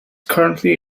currently